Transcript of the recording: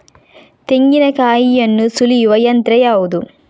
ತೆಂಗಿನಕಾಯಿಯನ್ನು ಸುಲಿಯುವ ಯಂತ್ರ ಯಾವುದು?